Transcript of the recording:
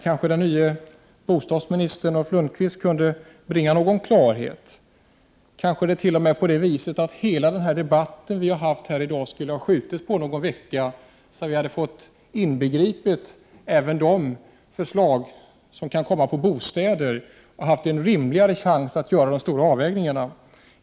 Kanske den nye bostadsministern Ulf Lönnqvist kunde bringa någon klarhet. Kanske borde hela den debatt som vi har haft i dag ha skjutits fram någon vecka, så att den också kommit att omfatta de förslag som gäller bostäder. Då hade vi kanske haft en rimligare chans att göra de stora avvägningarna.